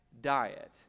diet